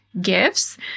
gifts